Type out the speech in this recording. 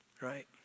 Right